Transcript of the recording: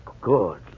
Good